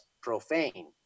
profane